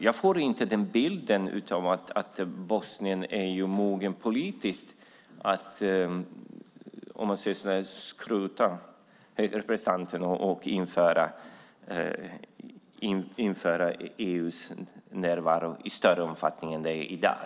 Jag får inte bilden av att Bosnien är politiskt moget att skrota den höga representanten och införa EU:s närvaro i större omfattning än i dag.